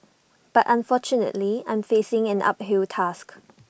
but unfortunately I'm facing an uphill task